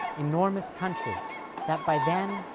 enormous country that by then,